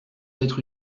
être